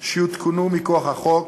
שיותקנו מכוח החוק